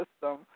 system